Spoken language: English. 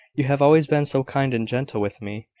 you have always been so kind and gentle with me!